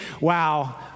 wow